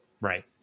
Right